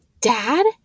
Dad